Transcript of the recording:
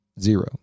zero